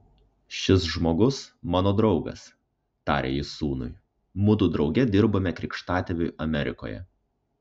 šis žmogus mano draugas tarė jis sūnui mudu drauge dirbome krikštatėviui amerikoje